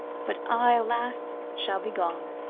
but i, alas! shall be gone.